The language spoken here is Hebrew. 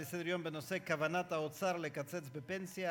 לסדר-היום בנושא כוונת האוצר לקצץ בפנסיה,